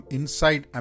Inside